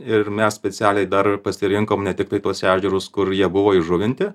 ir mes specialiai dar pasirinkom ne tiktai tuos ežerus kur jie buvo įžuvinti